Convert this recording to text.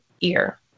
ear